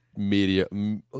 Media